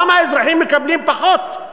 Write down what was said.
למה האזרחים מקבלים פחות,